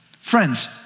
Friends